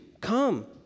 Come